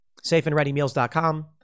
Safeandreadymeals.com